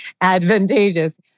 advantageous